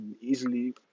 easily